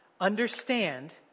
understand